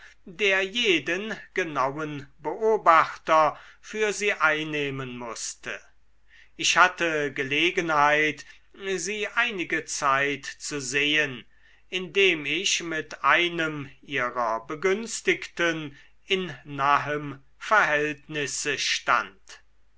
der jeden genauen beobachter für sie einnehmen mußte ich hatte gelegenheit sie einige zeit zu sehen indem ich mit einem ihrer begünstigten in nahem verhältnisse stand